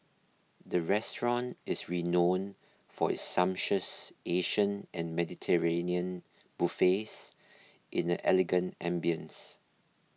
the restaurant is renowned for its sumptuous Asian and Mediterranean buffets in an elegant ambience